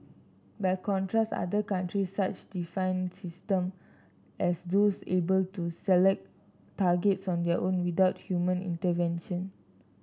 by contrast other countries such define system as those able to select targets on their own without human intervention